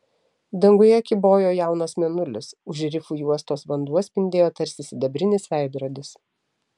danguje kybojo jaunas mėnulis už rifų juostos vanduo spindėjo tarsi sidabrinis veidrodis